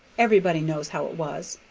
everybody knows how it was,